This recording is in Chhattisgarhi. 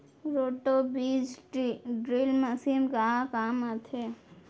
रोटो बीज ड्रिल मशीन का काम आथे?